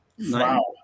Wow